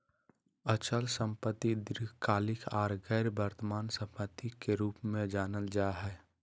अचल संपत्ति दीर्घकालिक आर गैर वर्तमान सम्पत्ति के रूप मे जानल जा हय